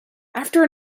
after